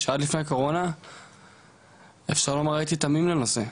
עד לפני הקורונה הייתי תמים לנושא,